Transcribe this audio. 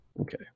Okay